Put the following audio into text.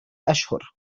أشهر